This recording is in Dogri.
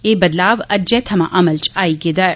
एह बदलाव अज्जै थमा अमल च आई गेदा ऐ